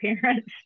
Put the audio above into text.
parents